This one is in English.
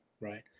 right